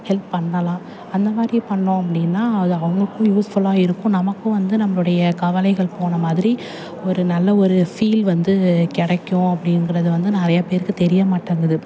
help பண்ணலாம் அந்த மாதிரி பண்ணோம் அப்படின்னா அது அவங்களுக்கும் யூஸ்ஃபுல்லாக இருக்கும் நமக்கும் வந்து நம்மளுடைய கவலைகள் போன மாதிரி ஒரு நல்ல ஒரு ஃபீல் வந்து கிடைக்கும் அப்டிங்கிறது வந்து நிறையா பேருக்கு தெரிய மாட்டேங்குது